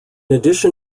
addition